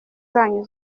zanyu